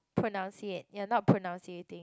pronunciate you're not pronunciating